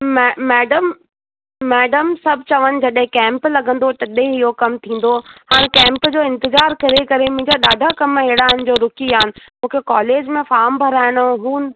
मै madam madam सभु चवन के जॾहिं कैम्प लॻंदो तॾहिं इहो कमु थींदो मां कैम्प जो इंतज़ार करे करे मुंहिंजा ॾाढा कम अहिड़ा आहिनि जो रुकी विया आहिनि मूंखे कोलेज मां भराइणो हो हू